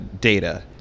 data